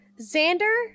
Xander